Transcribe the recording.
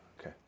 Okay